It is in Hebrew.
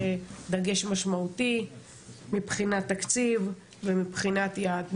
דגש משמעותי מבחינת תקציב ומבחינת יעד.